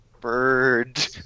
Bird